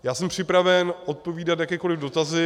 Já jsem připraven odpovídat na jakékoliv dotazy.